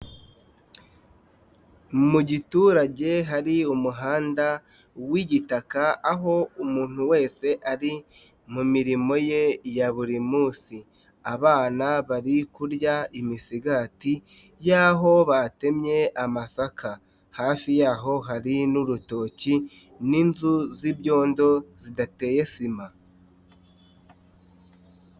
Mu giturage hari umuhanda w'igitaka aho umuntu wese ari mu mirimo ye ya buri munsi. Abana bari kurya imisigati y'aho batemye amasaka hafi yaho hari n'urutoki, n'inzu z'ibyondo zidateye sima.